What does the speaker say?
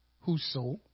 whoso